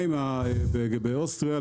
באוסטריה,